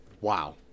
Wow